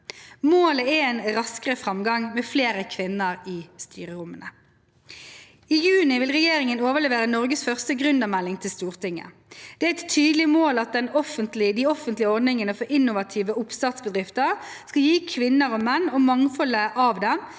Målet er en raskere framgang, med flere kvinner i styrerommene. I juni vil regjeringen overlevere Norges første gründermelding til Stortinget. Det er et tydelig mål at de offentlige ordningene for innovative oppstartsbedrifter skal gi kvinner og menn, og mangfoldet av dem,